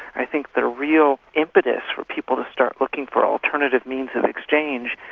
i think that a real impetus for people to start looking for alternative means of exchange,